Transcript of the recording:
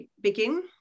begin